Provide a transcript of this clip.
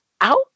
out